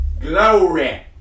Glory